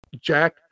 Jack